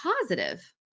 positive